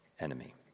enemy